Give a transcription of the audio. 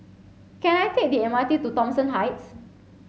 can I take the M R T to Thomson Heights